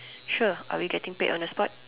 sure are we getting paid on the spot